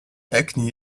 acne